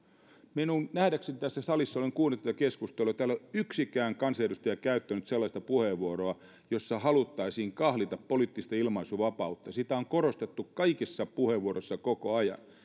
minun nähdäkseni tässä salissa kun olen kuunnellut tätä keskustelua ei ole yksikään kansanedustaja käyttänyt sellaista puheenvuoroa jossa haluttaisiin kahlita poliittista ilmaisuvapautta sitä on korostettu kaikissa puheenvuoroissa koko ajan